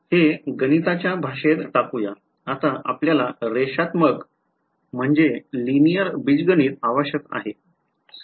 हे गणिताच्या भाषेत टाकू या आता आपल्याला रेषात्मक लिनिअर बीजगणित आवश्यक आहे